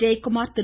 Jayakumar Thiru